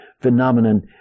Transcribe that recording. phenomenon